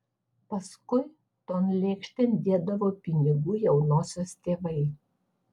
paskui ton lėkštėn dėdavo pinigų jaunosios tėvai